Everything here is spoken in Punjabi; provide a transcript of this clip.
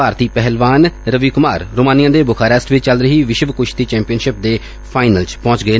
ਭਾਰਤੀ ਪਹਿਲਵਾਨ ਰਵੀ ਕੁਮਾਰ ਬੁਖਾਰੈਸਟ ਵਿਚ ਚੱਲ ਰਹੀ ਵਿਸ਼ਵ ਕੁਸ਼ਤੀ ਚੈਂਪੀਅਨਸ਼ਿਪ ਦੇ ਫਾਈਨਲ ਚ ਪਹੁੰਚ ਗਿਐ